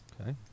okay